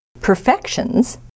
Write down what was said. Perfections